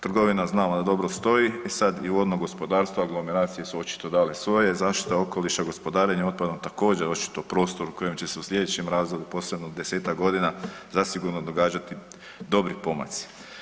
Trgovina znamo da dobro stoji, e sad vodno gospodarstvo, aglomeracija su očito dale svoje, zaštita okoliša, gospodarenje otpadom također očito prostor u kojim će se u slijedećem razdoblju posebno u 10-tak godina zasigurno događati dobri pomaci.